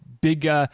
big